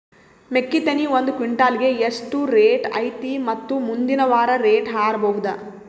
ಮೆಕ್ಕಿ ತೆನಿ ಒಂದು ಕ್ವಿಂಟಾಲ್ ಗೆ ಎಷ್ಟು ರೇಟು ಐತಿ ಮತ್ತು ಮುಂದಿನ ವಾರ ರೇಟ್ ಹಾರಬಹುದ?